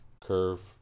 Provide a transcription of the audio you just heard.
curve